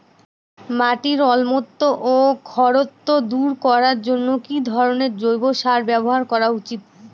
মাটির অম্লত্ব ও খারত্ব দূর করবার জন্য কি ধরণের জৈব সার ব্যাবহার করা উচিৎ?